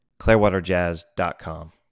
clearwaterjazz.com